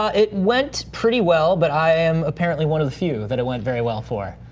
ah it went pretty well, but i'm apparently one of the few that it went very well for.